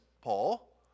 Paul